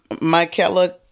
Michaela